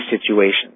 situation